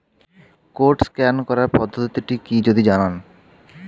Code scan করার পদ্ধতিটি কি যদি জানান?